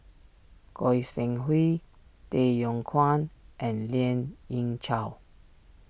Goi Seng Hui Tay Yong Kwang and Lien Ying Chow